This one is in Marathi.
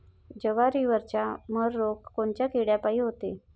जवारीवरचा मर रोग कोनच्या किड्यापायी होते?